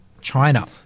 China